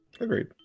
Agreed